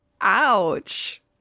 Ouch